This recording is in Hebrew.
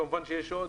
כמובן שיש עוד,